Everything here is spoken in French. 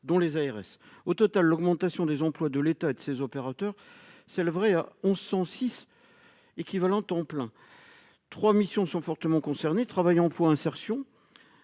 de 226 ETPT. Au total, l'augmentation des emplois de l'État et de ses opérateurs s'élèverait à 1 106 équivalents temps plein travaillés. Trois missions sont fortement concernées :« Travail, emploi et insertion